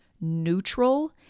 neutral